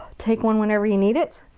take one whenever you need it.